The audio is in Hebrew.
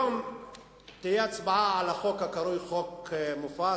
היום תהיה הצבעה על החוק הקרוי חוק מופז,